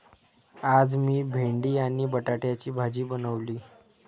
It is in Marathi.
आज मी भेंडी आणि बटाट्याची भाजी बनवली